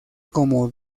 como